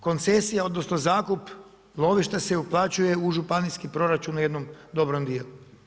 Koncesija, odnosno zakup lovišta se uplaćuju u županijski proračun na jednom dobrom dijelu.